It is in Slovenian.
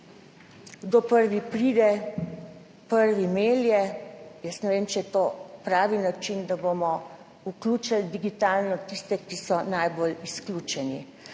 kdor prvi pride, prvi melje. Jaz ne vem, če je to pravi način, da bomo digitalno vključili tiste, ki so najbolj izključeni.